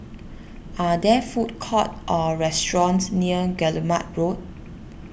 are there food courts or restaurants near Guillemard Road